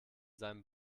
seinem